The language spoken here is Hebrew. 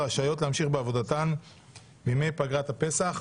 רשאיות להמשיך בעבודתן בימי פגרת הפסח,